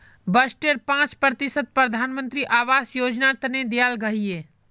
बजटेर पांच प्रतिशत प्रधानमंत्री आवास योजनार तने दियाल गहिये